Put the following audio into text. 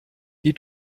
die